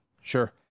sure